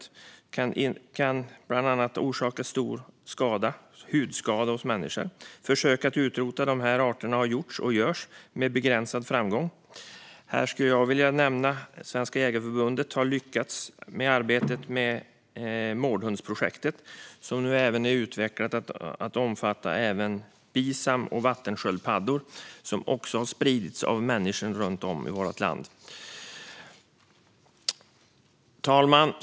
De kan bland annat orsaka hudskador hos människan. Försök att utrota dessa arter har gjort och görs, dock med begränsad framgång. Här vill jag nämna att Svenska Jägareförbundet har lyckats med sitt arbete med mårdhundsprojektet. Det har nu utvecklats för att omfatta även bisam och vattensköldpadda, som också spridits av människor runt om i vårt land. Fru talman!